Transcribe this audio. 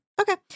Okay